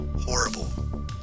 horrible